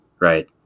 right